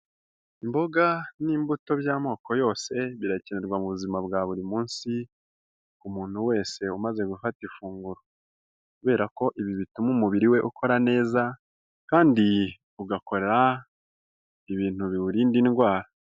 Imboga n'imbuto by'amoko yose birakenerwa mu buzima bwa buri munsi ku muntu wese umaze gufata ifunguro, kubera ko ibi bituma umubiri we ukora neza kandi ugakora ibintu biwurinda indwara.